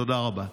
תודה רבה.